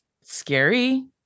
scary